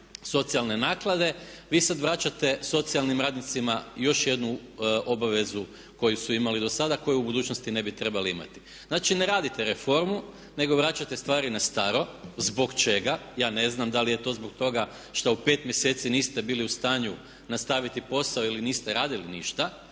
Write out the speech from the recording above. socijalne naklade, vi sad vraćate socijalnim radnicima još jednu obavezu koju su imali do sada, koju u budućnosti ne bi trebali imati. Znači ne radite reforme nego vraćate stvari na staro, zbog čega? Ja ne znam, da li je to zbog toga što u pet mjeseci niste bili u stanju nastaviti posao ili niste radili ništa